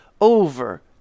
over